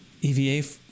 eva